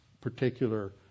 particular